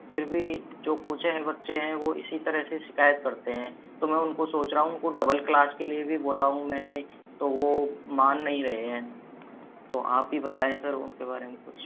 फिर भी जो कुछ हैं बच्चे हैं वह इसी तरह से शिकायत करते हैं तो मैं उनको सोच रहा हूँ उनको डबल क्लास के लिए भी बोला हूँ मैंने तो वह मान नहीं रहे हैं तो आप ही बताएँ सर उनके बारे में कुछ